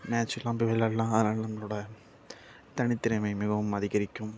மேட்செலாம் போய் விளாட்லாம் அதெலாம் நம்மளோடய தனித்திறமை மிகவும் அதிகரிக்கும்